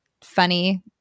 funny